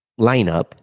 lineup